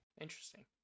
Interesting